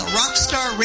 rockstar